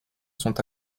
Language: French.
sont